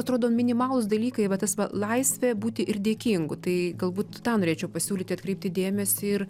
atrodo minimalūs dalykai va tas va laisvė būti ir dėkingu tai galbūt tą norėčiau pasiūlyti atkreipti dėmesį ir